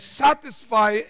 satisfy